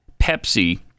Pepsi